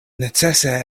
necese